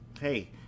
Hey